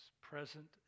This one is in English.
present